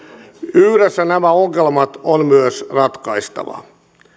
yhdessä nämä ongelmat on myös ratkaistava